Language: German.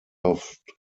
oft